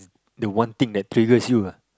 the one thing that triggers you ah